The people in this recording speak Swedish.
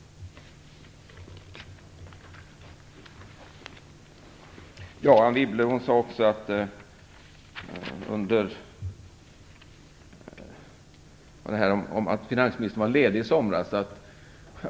Anne Wibble sade också räntan gick ner när finansministern var ledig i somras.